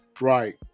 right